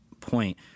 point